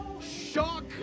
shock